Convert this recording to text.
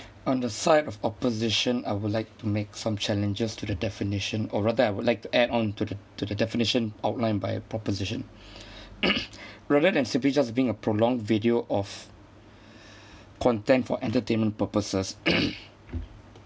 on the side of opposition I would like to make some challenges to the definition or rather I would like to add on to the to the definition outline by proposition rather than simply just being a prolonged video of content for entertainment purposes